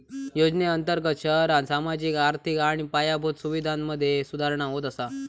योजनेअंर्तगत शहरांत सामाजिक, आर्थिक आणि पायाभूत सुवीधांमधे सुधारणा होत असा